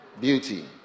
Beauty